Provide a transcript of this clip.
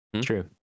true